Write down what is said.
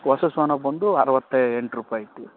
ಹೊಸ ಸೋನಾ ಬಂದು ಅರುವತ್ತ ಎಂಟು ರೂಪಾಯ್ ಐತಿ